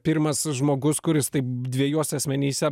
pirmas žmogus kuris taip dvejuose asmenyse